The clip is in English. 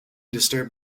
disturbed